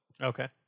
Okay